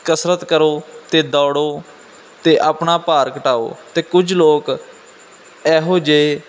ਕਸਰਤ ਕਰੋ ਅਤੇ ਦੌੜੋ ਅਤੇ ਆਪਣਾ ਭਾਰ ਘਟਾਓ ਤਾਂ ਕੁਝ ਲੋਕ ਇਹੋ ਜਿਹੇ